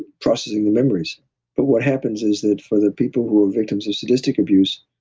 processing the memories but what happens is that for the people who are victims of sadistic abuse,